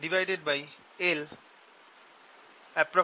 l